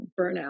Burnout